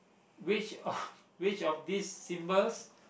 which of which of these symbols